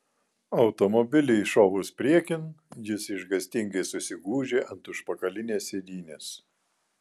automobiliui šovus priekin jis išgąstingai susigūžė ant užpakalinės sėdynės